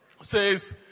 says